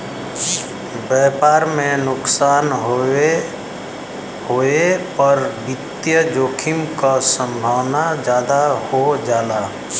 व्यापार में नुकसान होये पर वित्तीय जोखिम क संभावना जादा हो जाला